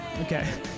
Okay